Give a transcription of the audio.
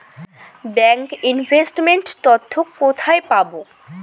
Bank investment তথ্য কোথায় পাব?